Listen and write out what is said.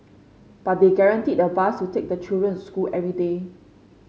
but they guaranteed a bus to take the children school every day